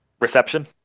Reception